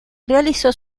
realizó